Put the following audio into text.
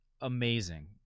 amazing